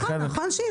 נכון שהיא לא עוסקת.